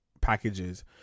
packages